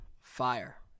fire